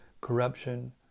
corruption